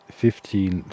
fifteen